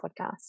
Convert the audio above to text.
podcast